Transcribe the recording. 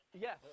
Yes